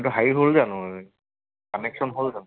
এইটো হেৰি হ'ল জানো এই কানেকশ্যন হ'ল জানো